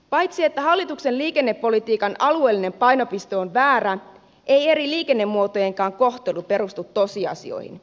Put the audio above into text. paitsi että hallituksen liikennepolitiikan alueellinen painopiste on väärä ei eri liikennemuotojenkaan kohtelu perustu tosiasioihin